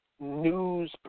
news